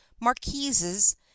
marquises